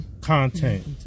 content